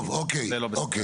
אוקיי.